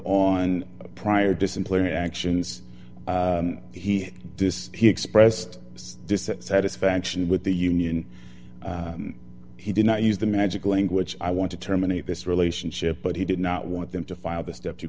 on prior disciplinary actions he does he expressed dissatisfaction with the union he did not use the magical language i want to terminate this relationship but he did not want them to file the step to